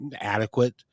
adequate